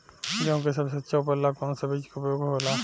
गेहूँ के सबसे अच्छा उपज ला कौन सा बिज के उपयोग होला?